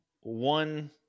one